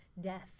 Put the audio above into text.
death